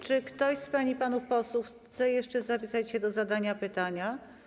Czy ktoś z pań i panów posłów chce jeszcze zapisać się do zadania pytania?